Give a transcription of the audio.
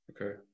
Okay